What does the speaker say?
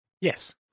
Yes